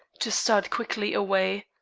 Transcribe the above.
to start quickly away.